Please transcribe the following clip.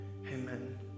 amen